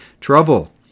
trouble